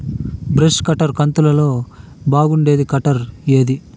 Brush cutter కంతులలో బాగుండేది cutter ఏది?